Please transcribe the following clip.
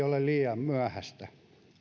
ole liian myöhäistä